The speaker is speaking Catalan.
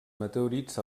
meteorits